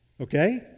Okay